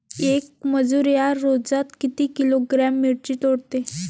येक मजूर या रोजात किती किलोग्रॅम मिरची तोडते?